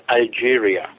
Algeria